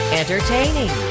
entertaining